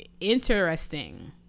interesting